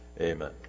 amen